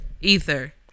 Ether